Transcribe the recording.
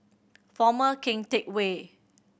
Former Keng Teck Whay